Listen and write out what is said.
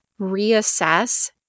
reassess